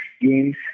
games